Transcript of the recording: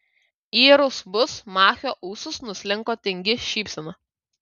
į rusvus machio ūsus nuslinko tingi šypsena